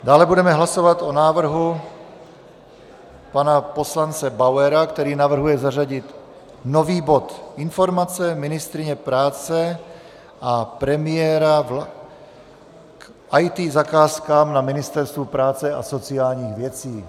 Dále budeme hlasovat o návrhu pana poslance Bauera, který navrhuje zařadit nový bod Informace ministryně práce a premiéra k IT zakázkám na Ministerstvu práce a sociálních věcí.